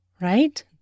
right